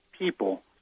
people